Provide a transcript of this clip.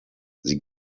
sie